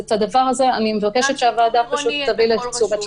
אני מבקשת שהוועדה תביא לתשומת ליבה את הדבר הזה.